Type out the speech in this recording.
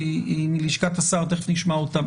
שהיא מלשכת השר תיכף נשמע אותן